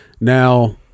Now